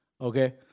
Okay